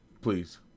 Please